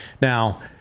Now